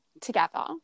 together